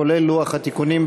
כולל לוח התיקונים,